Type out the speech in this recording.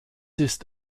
ist